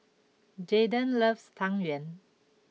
Jayden loves Tang Yuen